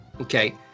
Okay